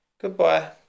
Goodbye